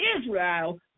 Israel